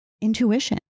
intuition